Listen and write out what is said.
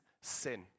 sin